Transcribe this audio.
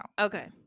okay